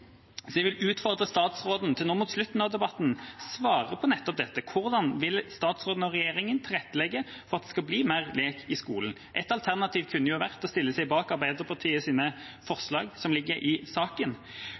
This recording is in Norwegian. Jeg vil utfordre statsråden, nå mot slutten av debatten, til å svare på nettopp dette: Hvordan vil statsråden og regjeringa tilrettelegge for at det skal bli mer lek i skolen? Ett alternativ kunne jo vært å stille seg bak